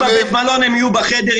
אני לא בטוח שהם יודעים לבוא ולקבל את